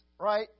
right